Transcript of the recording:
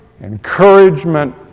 encouragement